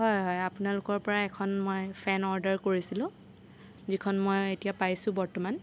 হয় হয় আপোনালোকৰপৰা এখন মই ফেন অৰ্ডাৰ কৰিছিলোঁ যিখন মই এতিয়া পাইছোঁ বৰ্তমান